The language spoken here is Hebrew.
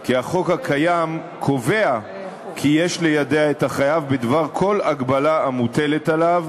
כי החוק הקיים קובע כי יש ליידע את החייב בדבר כל הגבלה המוטלת עליו,